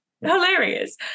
hilarious